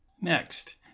Next